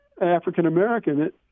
African-American